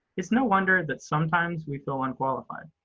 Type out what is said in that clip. it's no wonder that sometimes we feel unqualified.